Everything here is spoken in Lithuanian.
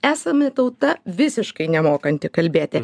esame tauta visiškai nemokanti kalbėti